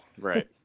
Right